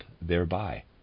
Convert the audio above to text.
thereby